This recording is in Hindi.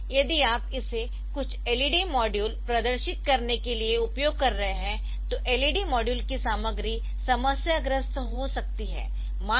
इसलिए यदि आप इसे कुछ LED मॉड्यूल प्रदर्शित करने के लिए उपयोग कर रहे है तो LED मॉड्यूल की सामग्री समस्याग्रस्त हो सकती है